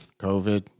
COVID